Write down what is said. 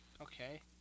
Okay